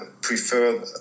prefer